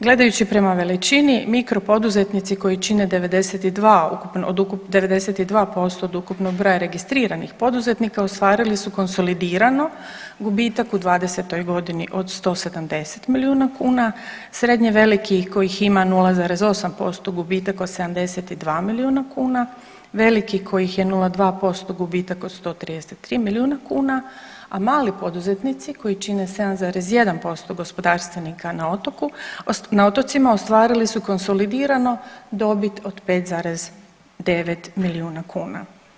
Gledajući prema veličini mikro poduzetnici koji čine 92% od ukupnog broja registriranih poduzetnika ostvarili su konsolidirano gubitak u '20.-oj godini od 170 milijuna kuna, srednje velikih kojih ima 0,8% gubitak od 72 milijuna kuna, veliki kojih je 0,2% gubitak od 133 milijuna kuna, a mali poduzetnici koji čine 7,1% gospodarstvenika na otoku, na otocima ostvarili su konsolidirano dobit od 5,9 milijuna kuna.